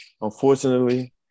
unfortunately